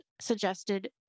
suggested